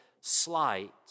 slight